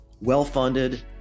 well-funded